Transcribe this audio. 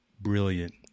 brilliant